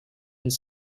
his